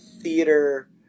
theater